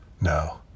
No